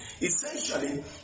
essentially